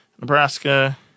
Nebraska